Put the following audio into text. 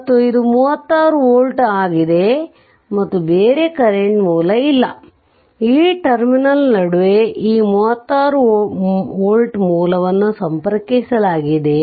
ಮತ್ತು ಇದು 36 ವೋಲ್ಟ್ ಆಗಿದೆ ಮತ್ತು ಬೇರೆ ಕರೆಂಟ್ ಮೂಲ ಇಲ್ಲ ಈ ಟರ್ಮಿನಲ್ ನಡುವೆ ಈ 36 ವೋಲ್ಟ್ ಮೂಲವನ್ನು ಸಂಪರ್ಕಿಸಲಾಗಿದೆ